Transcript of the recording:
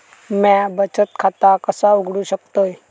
म्या बचत खाता कसा उघडू शकतय?